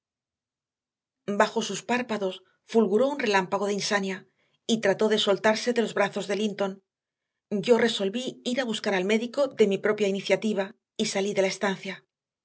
bajo sus párpados fulguró un relámpago de insanía y trató de soltarse de los brazos de linton yo resolví ir a buscar al médico de mi propia iniciativa y salí de la estancia